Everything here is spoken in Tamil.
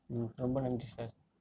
ம் ரொம்ப நன்றி சார்